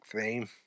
theme